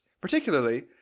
particularly